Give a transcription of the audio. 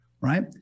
right